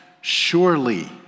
surely